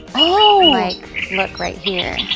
oh! like look right here.